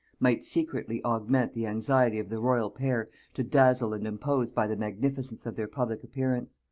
might secretly augment the anxiety of the royal pair to dazzle and impose by the magnificence of their public appearance.